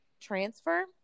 transfer